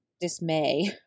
dismay